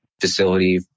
facility